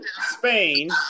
Spain